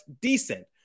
decent